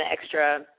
extra